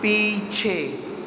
ਪਿੱਛੇ